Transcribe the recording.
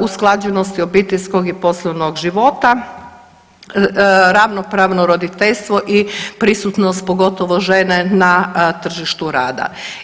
usklađenosti obiteljskog i poslovnog života, ravnopravno roditeljstvo i prisutnost, pogotovo žene, na tržištu rada.